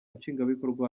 nshingwabikorwa